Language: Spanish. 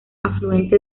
afluente